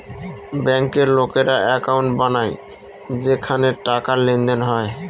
ব্যাঙ্কের লোকেরা একাউন্ট বানায় যেখানে টাকার লেনদেন হয়